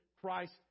Christ